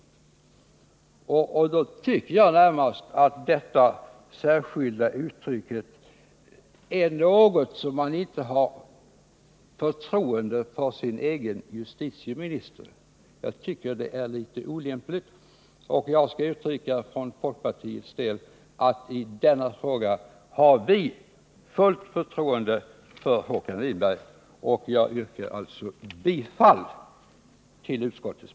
Då tycker jag att detta särskilda yttrande innebär att man inte har förtroende för sin egen justitieminister. Det tycker jag är litet olämpligt. Jag skall för folkpartiets del uttrycka vårt fulla förtroende för Håkan Winberg. Jag yrkar bifall till utskottets hemställan i dess betänkande.